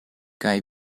kaj